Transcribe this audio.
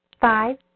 Five